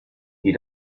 die